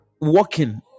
walking